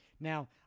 Now